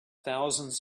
thousands